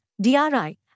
DRI